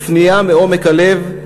פנייה מעומק הלב.